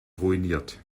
ruiniert